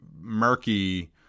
murky